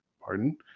pardon